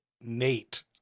Nate